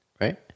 right